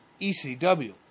ECW